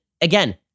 again